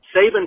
Saban